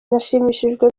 nashimishijwe